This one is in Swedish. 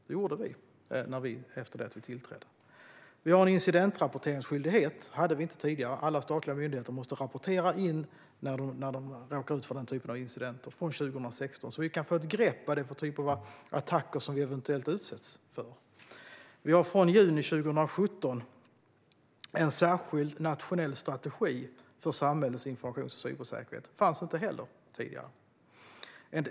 Det gjorde vi efter att vi tillträdde. Vi har en incidentrapporteringsskyldighet, vilket vi inte hade tidigare. Från 2016 måste alla statliga myndigheter rapportera in när de råkar ut för denna typ av incidenter, så att vi kan få ett grepp om vilken typ av attacker vi eventuellt utsätts för. Vi har från juni 2017 en särskild nationell strategi för samhällets informations och cybersäkerhet. Det fanns inte heller tidigare.